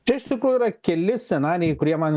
čia iš tikrųjų yra keli scenarijai kurie man